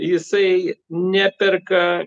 jisai neperka